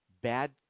bad